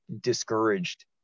discouraged